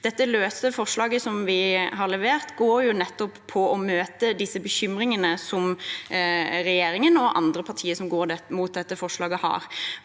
Det løse forslaget som vi har levert, går jo på å møte de bekymringene som regjeringen og andre partier som går mot dette forslaget, har.